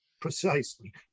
precisely